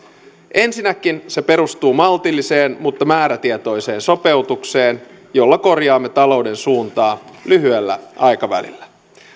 ensinnäkin se perustuu maltilliseen mutta määrätietoiseen sopeutukseen jolla korjaamme talouden suuntaa lyhyellä aikavälillä